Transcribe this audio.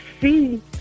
see